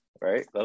right